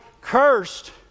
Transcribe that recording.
cursed